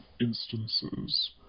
instances